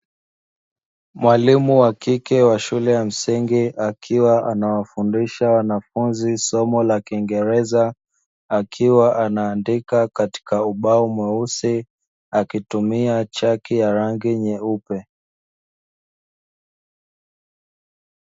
Mwalimu wa kike wa shule ya msingi, akiwa anawafundisha wanafunzi somo la kiingereza, akiwa anaandika katika ubao mweusi, akitumia chaki ya rangi nyeupe.